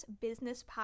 business